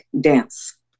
dance